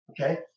Okay